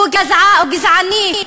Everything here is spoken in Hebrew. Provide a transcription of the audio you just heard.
הוא גזעני,